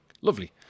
Lovely